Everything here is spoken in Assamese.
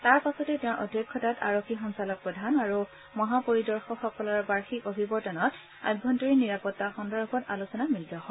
তাৰ পাছতে তেওঁ আৰক্ষী সঞ্চালকপ্ৰধান আৰু মহাপৰিদৰ্শকসকলৰ বাৰ্ষিক অভিৱৰ্তনত আভান্তৰীণ নিৰাপত্তা সন্দৰ্ভত আলোচনা মিলিত হয়